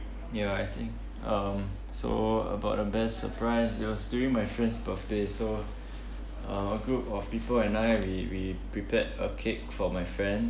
ya I think um so about the best surprise it was during my friend's birthday so uh a group of people and I we we prepared a cake for my friend